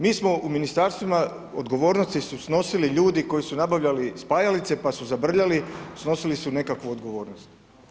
Mi smo u ministarstvima odgovornosti su snosili ljudi koji su nabavljali spajalice pa su zabrljali, snosili su nekakvu odgovornost.